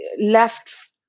left